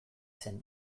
zen